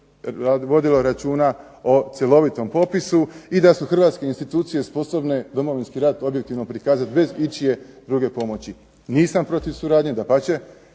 vodilo računa o cjelovitom popisu. I da su hrvatske institucije sposobne Domovinski rat objektivno prikazati bez ičije druge pomoći. Nisam protiv suradnje, dapače